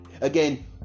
again